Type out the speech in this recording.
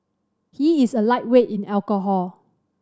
he is a lightweight in alcohol